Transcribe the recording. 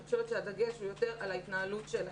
אני חושבת שהדגש הוא יותר על ההתנהלות שלהם.